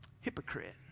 hypocrite